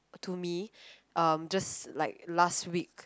to me um just like last week